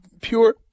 pure